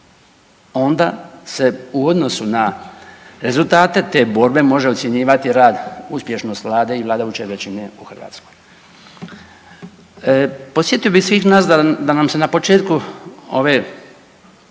onda se u odnosu na rezultate te borbe može ocjenjivati rad uspješnost Vlade i vladajuće većine u Hrvatskoj. Podsjetio bih svih nas da nam se na početku ove